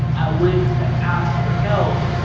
i went to ask for help,